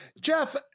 Jeff